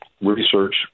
research